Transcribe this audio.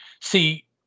see